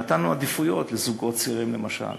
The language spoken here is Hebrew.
ונתנו עדיפויות לזוגות צעירים, למשל.